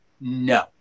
no